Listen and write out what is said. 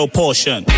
portion